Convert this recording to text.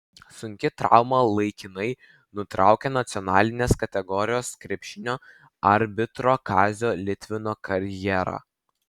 sunki trauma laikinai nutraukė nacionalinės kategorijos krepšinio arbitro kazio litvino karjerą